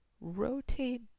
Rotate